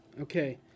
Okay